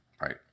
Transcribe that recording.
Right